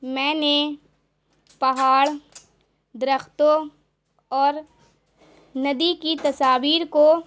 میں نے پہاڑ درختوں اور ندی کی تصاویر کو